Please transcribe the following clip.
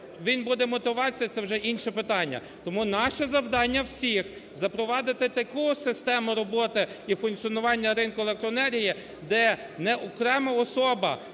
він буде мотивуватися, це вже інше питання. Тому наше завдання всіх – запровадити таку систему роботи і функціонування ринку електроенергії, де не окрема особа: